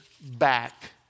back